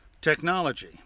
Technology